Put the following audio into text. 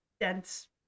dense